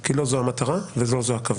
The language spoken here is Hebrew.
כי לא זו המטרה ולא זו הכוונה.